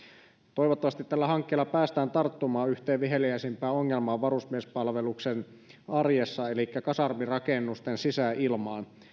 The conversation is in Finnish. toivottavasti tällä hankkeella päästään tarttumaan yhteen viheliäisimpään ongelmaan varusmiespalveluksen arjessa elikkä kasarmirakennusten sisäilmaan